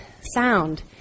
sound